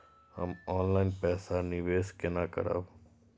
हम ऑनलाइन पैसा निवेश केना करब?